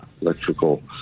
electrical